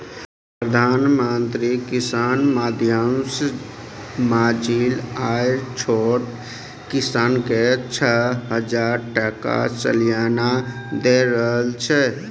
प्रधानमंत्री किसान योजना माध्यमसँ माँझिल आ छोट किसानकेँ छअ हजार टका सलियाना देल जाइ छै